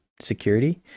security